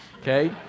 okay